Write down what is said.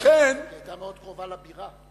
כי היא היתה מאוד קרובה לבירה.